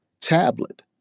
tablet